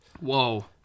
Whoa